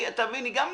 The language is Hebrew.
תאמין לי,